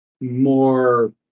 more